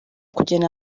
kugena